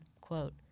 quote